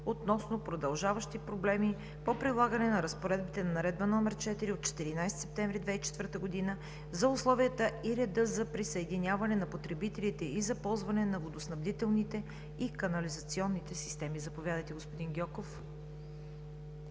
относно продължаващи проблеми по прилагането на разпоредбите на Наредба № 4 от 14 септември 2004 г. за условията и реда за присъединяване на потребителите и за ползване на водоснабдителните и канализационните системи. Заповядайте, господин Гьоков.